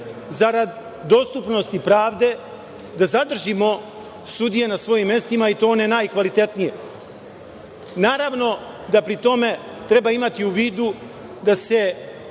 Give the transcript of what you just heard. zarad dostupnosti pravde, da zadržimo sudije na svojim mestima i to one najkvalitetnije. Naravno da pri time treba imati u vidu da se